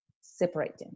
separating